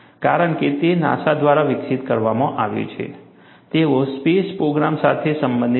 કારણ કે તે નાસા દ્વારા વિકસિત કરવામાં આવ્યું છે તેઓ સ્પેસ પ્રોગ્રામ સાથે સંબંધિત હતા